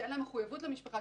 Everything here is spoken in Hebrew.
שאין להם מחויבות למשפחה,